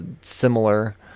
similar